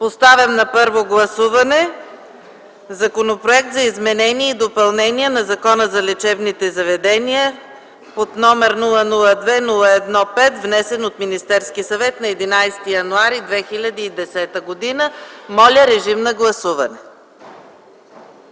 Поставям на първо гласуване Законопроект за изменение и допълнение на Закона за лечебните заведения, № 002-01-5, внесен от Министерския съвет на 11 януари 2010 г. Гласували